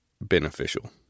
beneficial